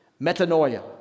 metanoia